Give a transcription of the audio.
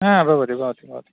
ह भवति भवति भवति